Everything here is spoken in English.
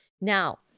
Now